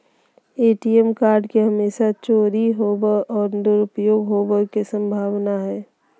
ATM card के हमेशा चोरी होवय और दुरुपयोग होवेय के संभावना हइ